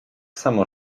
samo